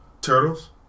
Turtles